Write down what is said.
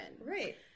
Right